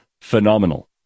phenomenal